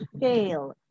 fail